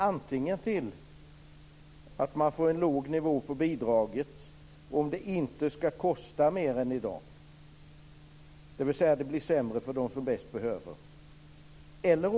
Antingen får man då en låg nivå på bidraget, om det inte ska kosta mer än i dag. Det blir alltså sämre för dem som bäst behöver det.